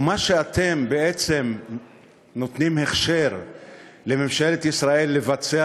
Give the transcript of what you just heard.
מה שאתם בעצם נותנים הכשר לממשלת ישראל לבצע